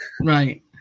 Right